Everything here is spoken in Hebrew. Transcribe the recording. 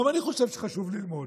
גם אני חושב שחשוב ללמוד,